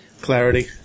clarity